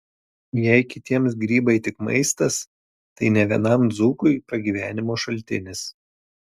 jei kitiems grybai tik maistas tai ne vienam dzūkui pragyvenimo šaltinis